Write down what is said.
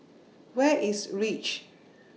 Where IS REACH